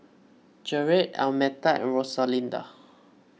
Gerrit Almeta and Rosalinda